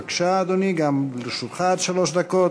בבקשה, אדוני, גם לרשותך עד שלוש דקות.